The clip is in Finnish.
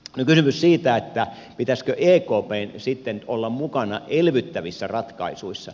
kysymykseen siitä pitäisikö ekpn sitten olla mukana elvyttävissä ratkaisuissa